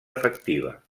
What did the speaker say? efectiva